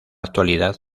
actualidad